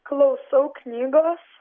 klausau knygos